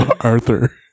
arthur